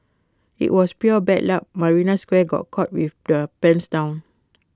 IT was pure bad luck marina square got caught with their pants down